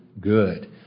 good